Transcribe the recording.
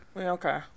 Okay